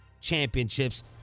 Championships